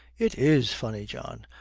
it is funny, john.